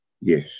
Yes